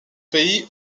pays